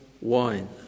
wine